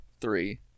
three